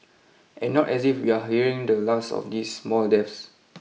and not as if we are hearing the last of these mall deaths